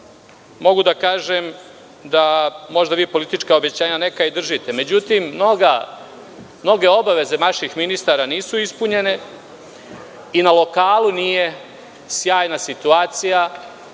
Mogu da kažem da možda vi politička obećanja neka i držite, međutim, mnoge obaveze vaših ministara nisu ispunjene i na lokalu nije sjajna situacija